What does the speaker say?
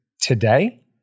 Today